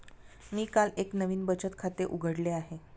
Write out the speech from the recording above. मी काल एक नवीन बचत खाते उघडले आहे